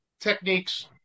techniques